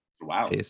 Wow